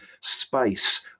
space